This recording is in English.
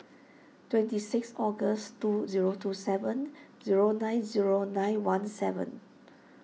twenty six August two zero two seven zero nine zero nine one seven